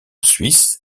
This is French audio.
suisse